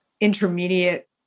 intermediate